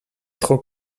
trop